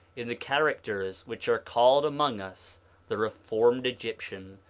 in the characters which are called among us the reformed egyptian,